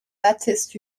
baptist